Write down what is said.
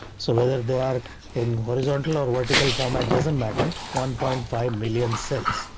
so whether they are in horizontal or vertical format doesn't matter. one point and five million cells.